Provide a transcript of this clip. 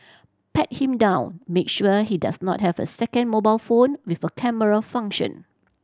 pat him down make sure he does not have a second mobile phone with a camera function